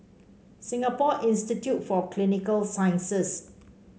Singapore Institute for Clinical Sciences